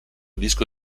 disco